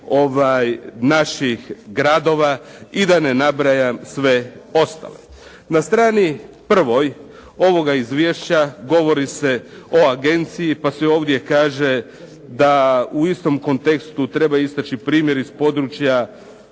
naših gradova i da ne nabrajam sve ostalo. Na strani prvoj ovoga izvješća govori o agenciji, pa se ovdje kaže da u istom kontekstu treba istaći primjer iz područja